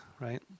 right